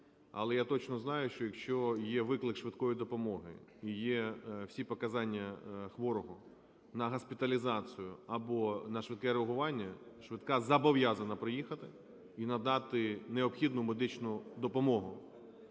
але я точно знаю, що якщо є виклик швидкої допомоги і є всі показання хворого на госпіталізацію або на швидке реагування, швидка зобов'язана приїхати і надати необхідну медичну допомогу.